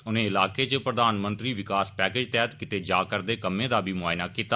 उनें इलाकें इच प्रधानमंत्री विकास पैकेज तैहत कीते जा रदे कम्मै दा बी मुआयना कीता